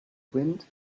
wind